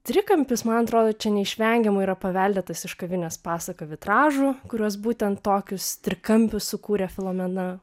trikampis man atrodo čia neišvengiamai yra paveldėtas iš kavinės pasaka vitražų kuriuos būtent tokius trikampius sukūrė filomena